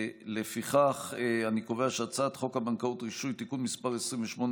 לפיכך אני קובע שהצעת חוק הבנקאות (רישוי) (תיקון מס' 28)